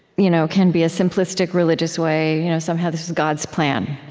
you know can be, a simplistic religious way you know somehow this is god's plan.